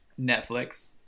netflix